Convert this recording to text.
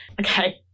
Okay